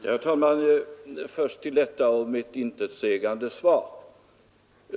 Herr talman! Först något om mitt ”intetsägande svar”.